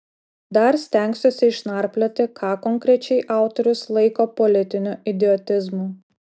dar stengsiuosi išnarplioti ką konkrečiai autorius laiko politiniu idiotizmu